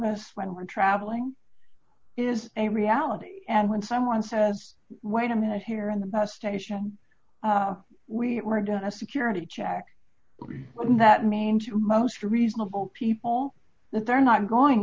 us when we're traveling is a reality and when someone says wait a minute here in the past nation we were doing a security check that means you most reasonable people if they're not going